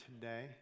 today